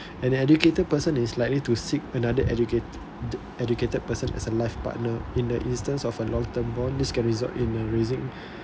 an educated person is likely to seek another educated educated person as a life partner in the instance of a long term bond this can result in a raising